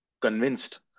convinced